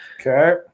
okay